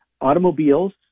automobiles